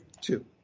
two